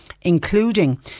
including